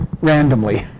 randomly